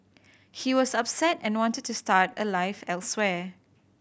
he was upset and wanted to start a life elsewhere